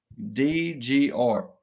DGR